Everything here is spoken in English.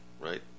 right